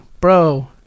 bro